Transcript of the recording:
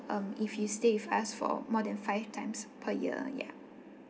um if you stay with us for more than five times per year ya